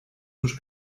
sus